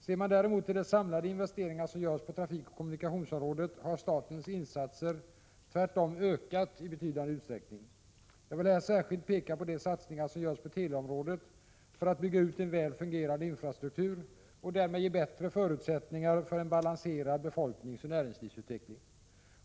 Ser man däremot till de samlade investeringar som görs på trafikoch kommunikationsområdet har statens insatser tvärtom ökat i betydande utsträckning. Jag vill här särskilt peka på de satsningar som görs på teleområdet för att bygga ut en väl fungerande infrastruktur och därmed ge bättre förutsättningar för en balanserad befolkningsoch näringslivsutveckling.